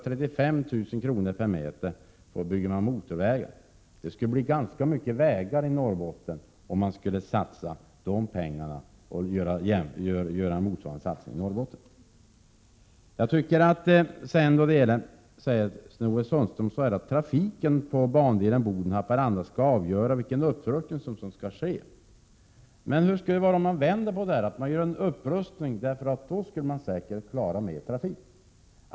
Det skulle räcka till ganska många vägar i Norrbotten, om man skulle göra motsvarande satsning där. Sten-Ove Sundström säger att trafiken på bandelen Boden— Haparanda skall avgöra vilken upprustning som skall ske. Hur skulle det vara om man vände på det hela, så att man gör en upprustning för att klara mer trafik?